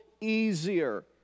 easier